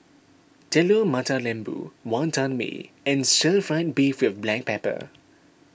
Telur Mata Lembu Wantan Mee and Stir Fried Beef with Black Pepper